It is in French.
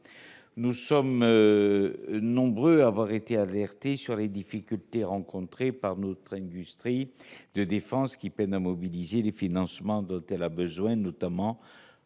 Nous sommes nombreux à avoir été alertés sur les difficultés rencontrées par notre industrie de défense, qui peine à mobiliser les financements dont elle a besoin, notamment